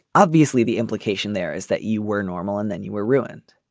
obviously the implication there is that you were normal and then you were ruined.